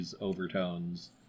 overtones